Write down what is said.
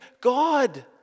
God